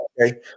okay